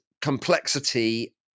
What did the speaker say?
complexity